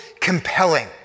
compelling